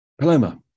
Paloma